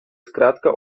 zkrátka